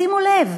שימו לב.